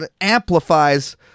amplifies